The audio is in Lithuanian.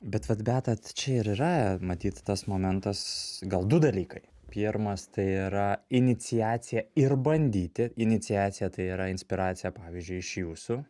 bet vat beata tai čia ir yra matyt tas momentas gal du dalykai pirmas tai yra iniciacija ir bandyti iniciacija tai yra inspiracija pavyzdžiui iš jūsų